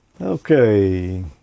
okay